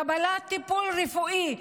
קבלת טיפול רפואי,